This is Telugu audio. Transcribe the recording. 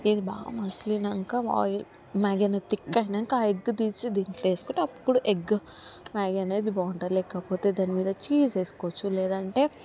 ఇది బాగా మసిలినాకా ఆయిల్ మ్యాగీను థిక్గా అయినాక ఆ ఎగ్ తీసి దీంట్లో వేసుకుంటే అప్పుడు ఎగ్ మ్యాగీ అనేది బాగుంటుంది లేకపోతే దాని మీద చీజ్ వేసుకోచ్చు లేదంటే